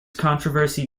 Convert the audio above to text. controversy